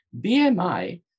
BMI